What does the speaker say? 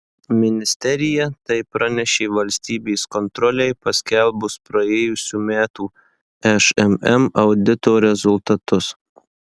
ministerija tai pranešė valstybės kontrolei paskelbus praėjusių metų šmm audito rezultatus